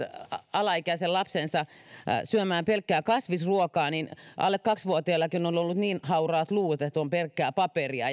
alaikäisen lapsensa syömään pelkkää kasvisruokaa niin alle kaksi vuotiaillakin on ollut niin hauraat luut että ovat pelkkää paperia